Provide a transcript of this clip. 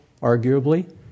arguably